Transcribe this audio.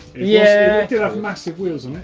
yeah did have massive wheels on it.